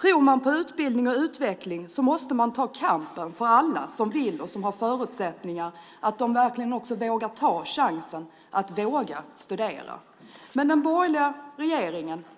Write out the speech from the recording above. Tror man på utbildning och utveckling måste man ta kampen för att alla som vill och har förutsättningar verkligen också vågar ta chansen att studera.